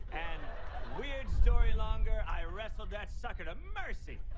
and weird story longer, i wrestled that sucker to mercy.